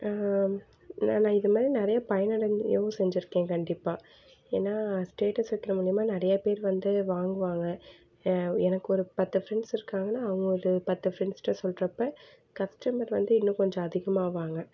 இல்லை நான் இதைமாரி நிறையா பயணடையவும் செஞ்சிருக்கேன் கண்டிப்பாக ஏன்னா ஸ்டேட்டஸ் வைக்கிற மூலயமா நிறையா பேர் வந்து வாங்குவாங்கள் எனக்கு ஒரு பத்து ஃப்ரெண்ட்ஸ் இருக்காங்கன்னால் அவங்க ஒரு பத்து ஃப்ரெண்ட்ஸ்கிட்ட சொல்கிறப்ப கஸ்டமர் வந்து இன்னும் கொஞ்சம் அதிகமாவாங்கள்